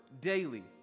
daily